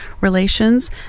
Relations